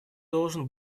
должен